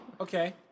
Okay